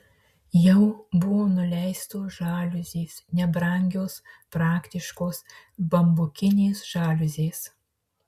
jau buvo nuleistos žaliuzės nebrangios praktiškos bambukinės žaliuzės